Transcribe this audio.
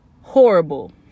horrible